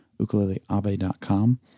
ukuleleabe.com